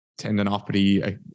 tendinopathy